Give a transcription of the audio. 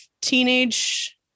teenage